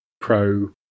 pro